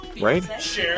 right